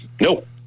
Nope